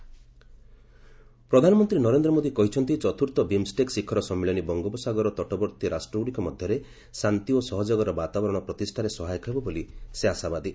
PM BIMSTEC ପ୍ରଧାନମନ୍ତ୍ରୀ ନରେନ୍ଦ୍ର ମୋଦି କହିଛନ୍ତି ଚତୁର୍ଥ ବିମ୍ଷ୍ଟେକ୍ ଶିଖର ସମ୍ମିଳନୀ ବଙ୍ଗୋପସାଗର ତଟବର୍ତ୍ତୀ ରାଷ୍ଟ୍ରଗୁଡ଼ିକ ମଧ୍ୟରେ ଶାନ୍ତି ଓ ସହଯୋଗର ବାତାବରଣ ପ୍ରତିଷ୍ଠାରେ ସହାୟକ ହେବ ବୋଲି ସେ ଆଶାବାଦୀ